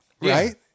right